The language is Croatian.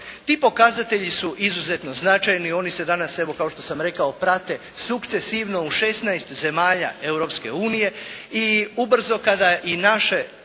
Ti pokazatelji su izuzetno značajni, oni se danas evo kao što sam rekao prate sukcesivno u 16 zemalja Europske unije i ubrzo kada i naše,